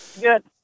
Good